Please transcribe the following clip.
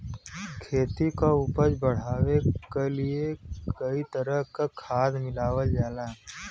खेती क उपज बढ़ावे क लिए कई तरह क खाद मिलावल जाला